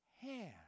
hand